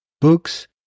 books